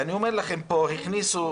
הכניסו